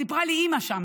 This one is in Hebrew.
סיפרה לי אימא שם,